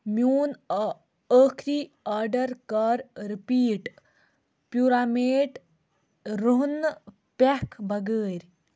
میون اَ أخری آرڈَر کر رِپیٖٹ پیوٗرامیٹ روٚہنہٕ پٮ۪کھ بَغٲرۍ